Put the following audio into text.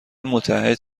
متعهد